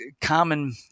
common